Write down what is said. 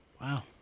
Wow